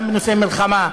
גם בנושא מלחמה,